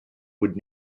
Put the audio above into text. would